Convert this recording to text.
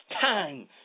time